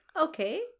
okay